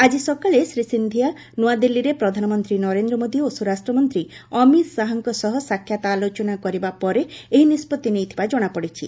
ଆଜି ସକାଳେ ଶୀ ସିନ୍ଧିଆ ନ୍ନଆଦିଲ୍ଲୀରେ ପ୍ରଧାନମନ୍ତ୍ରୀ ନରେନ୍ଦ୍ର ମୋଦି ଓ ସ୍ୱରାଷ୍ଟ୍ର ମନ୍ତ୍ରୀ ଅମିତ୍ ଶାହାଙ୍କ ସହ ସାକ୍ଷାତ୍ ଆଲୋଚନା କରିବା ପରେ ଏହି ନିଷ୍ପଭି ନେଇଥିବା ଜଣାପଡ଼ିଛି